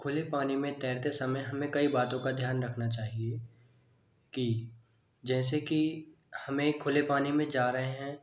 खुले पानी में तैरते समय हमें कई बातों का ध्यान रखना चाहिये कि जैसे कि हमें खुले पानी में जा रहे हैं